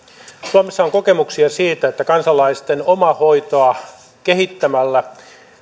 suomessa on kokemuksia siitä että kansalaisten omahoitoa kehittämällä